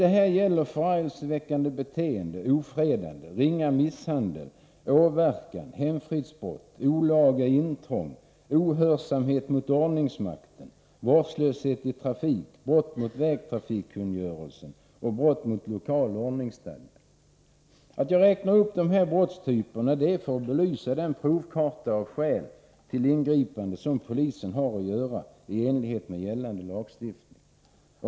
Det är förargelseväckande beteende, ofredande, ringa misshandel, åverkan, hemfridsbrott, olaga intrång, ohörsamhet mot ordningsmakten, vårdslöshet i trafik, brott mot vägtrafikkungörelsen och brott mot lokal ordningsstadga. Jag räknar upp dessa brottstyper för att belysa provkartan av skäl för ingripanden som polisen har att göra i enlighet med gällande lagstiftning.